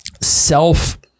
self